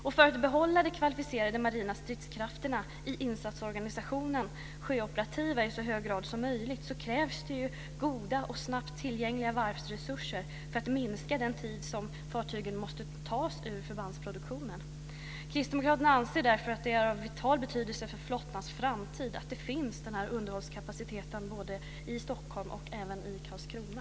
Och för att behålla de kvalificerade marina stridskrafterna i insatsorganisationen sjöoperativa i så hög grad som möjligt krävs det goda och snabbt tillgängliga varvsresurser för att minska den tid som fartygen måste tas ur förbandsproduktionen. Kristdemokraterna anser därför att det är av vital betydelse för flottans framtid att denna underhållskapacitet finns både i Stockholm och i Karlskrona.